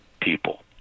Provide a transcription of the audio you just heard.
people